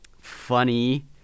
Funny